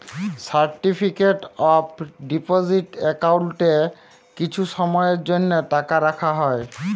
certificate of deposit একাউল্টে কিছু সময়ের জ্যনহে টাকা রাখা হ্যয়